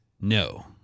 No